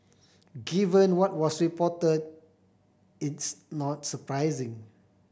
given what was reported it's not surprising